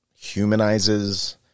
humanizes